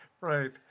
Right